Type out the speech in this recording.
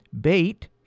bait